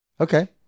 Okay